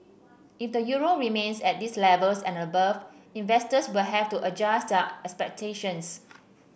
if the euro remains at these levels and above investors will have to adjust their expectations